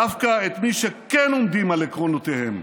דווקא את מי שכן עומדים על עקרונותיהם,